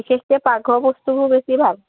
বিশেষকৈ পাকঘৰৰ বস্তুবোৰ বেছি ভাল